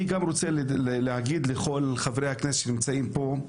אני גם רוצה להגיד לכל חברי הכנסת שנמצאים פה,